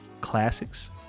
classics